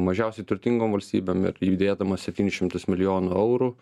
mažiausiai turtingom valstybėm ir įdėdamas septynis šimtus milijonų eurų